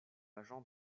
agent